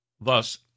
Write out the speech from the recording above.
Thus